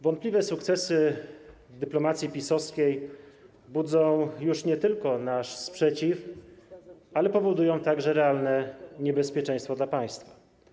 Wątpliwe sukcesy dyplomacji PiS-owskiej budzą już nie tylko nasz sprzeciw, ale powodują także realne niebezpieczeństwo dla państwa.